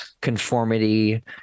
conformity